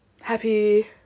Happy